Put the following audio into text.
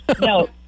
No